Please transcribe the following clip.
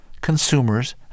consumers